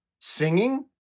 singing